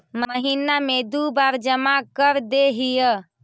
महिना मे दु बार जमा करदेहिय?